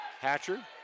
Hatcher